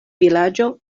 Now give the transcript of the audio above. vilaĝo